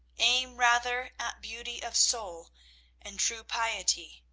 aim rather at beauty of soul and true piety,